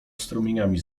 strumieniami